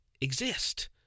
exist